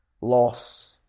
loss